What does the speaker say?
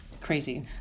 Crazy